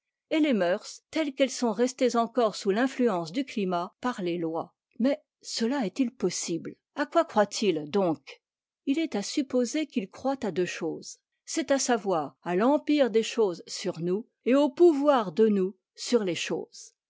et les mœurs telles qu'elles sont restées encore sous l'influence du climat par les lois mais cela est-il possible à quoi croit-il donc il est à supposer qu'il croit à deux choses c'est à savoir à l'empire des choses sur nous et au pouvoir de nous sur les choses